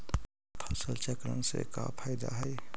फसल चक्रण से का फ़ायदा हई?